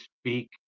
speak